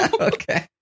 Okay